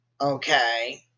Okay